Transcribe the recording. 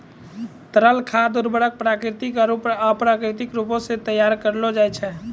तरल खाद उर्वरक प्राकृतिक आरु अप्राकृतिक रूपो सें तैयार करलो जाय छै